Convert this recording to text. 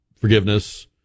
forgiveness